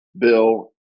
bill